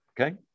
Okay